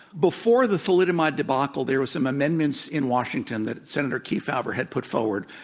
before the thalidomide debacle, there were some amendments in washington that senator kefauver had put forward,